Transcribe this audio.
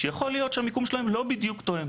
שיכול להיות שהמיקום שלהן לא בדיוק תואם,